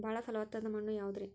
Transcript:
ಬಾಳ ಫಲವತ್ತಾದ ಮಣ್ಣು ಯಾವುದರಿ?